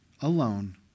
alone